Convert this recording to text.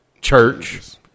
Church